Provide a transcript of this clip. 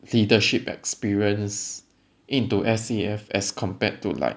leadership experience into S_A_F as compared to like